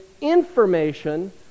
information